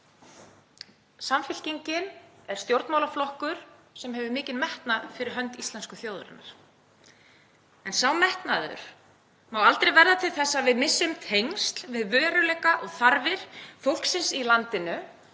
Samfylkingin er stjórnmálaflokkur sem hefur mikinn metnað fyrir hönd íslensku þjóðarinnar. En sá metnaður má aldrei verða til þess að við missum tengsl við veruleika og þarfir fólksins í landinu